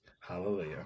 Hallelujah